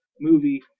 movie